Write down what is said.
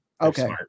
okay